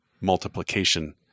multiplication